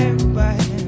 goodbye